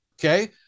okay